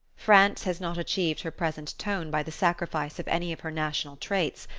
france has not achieved her present tone by the sacrifice of any of her national traits,